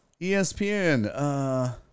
ESPN